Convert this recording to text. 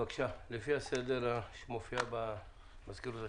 בבקשה, לפי הסדר שמופיע במזכירות הכנסת.